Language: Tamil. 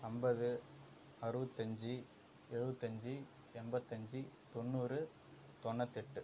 ஐம்பது அறுபத்தஞ்சி எழுபத்தஞ்சி எண்பத்தஞ்சி தொண்ணூறு தொண்ணூத்தெட்டு